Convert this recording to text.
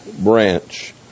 branch